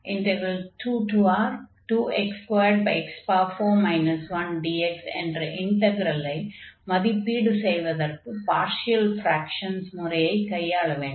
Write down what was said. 2R2x2x4 1dx என்ற இன்டக்ரலை மதிப்பீடு செய்வதற்கு பார்ஷியல் ஃப்ராக்ஷன்ஸ் முறையைக் கையாள வேண்டும்